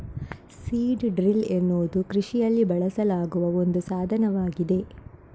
seed drill ಎನ್ನುವುದು ಕೃಷಿಯಲ್ಲಿ ಬಳಸಲಾಗುವ ಒಂದು ಸಾಧನವಾಗಿದೆ